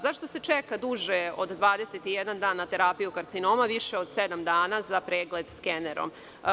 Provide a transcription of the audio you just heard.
Zašto se čeka duže od 21 dan na terapiju karcinoma, više od sedam dana za pregled skenerom?